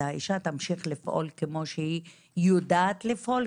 האישה תמשיך לפעול כמו שהיא יודעת לפעול,